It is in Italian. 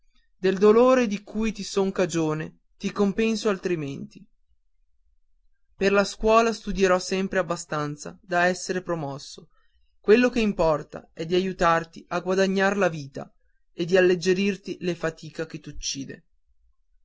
del dolore di cui ti son cagione ti compenso altrimenti per la scuola studierò sempre abbastanza da esser promosso quello che importa è di aiutarti a guadagnar la vita e di alleggerirti la fatica che t'uccide